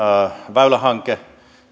väylähanke